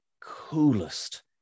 coolest